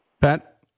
Pat